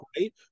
right